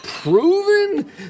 proven